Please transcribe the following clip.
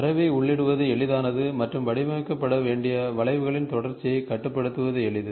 தரவை உள்ளிடுவது எளிதானது மற்றும் வடிவமைக்கப்பட வேண்டிய வளைவுகளின் தொடர்ச்சியைக் கட்டுப்படுத்துவது எளிது